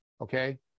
Okay